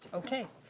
okay.